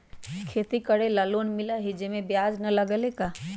खेती करे ला लोन मिलहई जे में ब्याज न लगेला का?